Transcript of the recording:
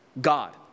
God